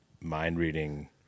mind-reading